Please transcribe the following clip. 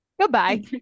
goodbye